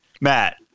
Matt